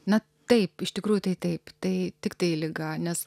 na taip iš tikrųjų tai taip tai tiktai liga nes